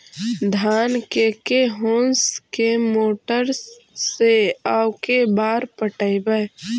धान के के होंस के मोटर से औ के बार पटइबै?